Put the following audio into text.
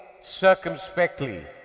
circumspectly